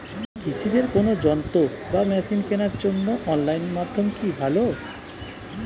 কৃষিদের কোন যন্ত্র বা মেশিন কেনার জন্য অনলাইন মাধ্যম কি ভালো?